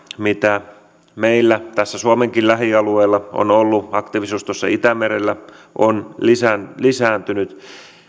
mitä meillä tässä suomenkin lähialueella on ollut aktiivisuus tuossa itämerellä on lisääntynyt